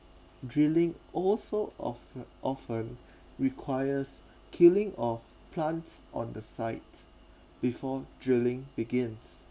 drilling also often often requires killing of plants on the site before drilling begins